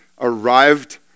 arrived